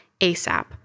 ASAP